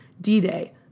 D-Day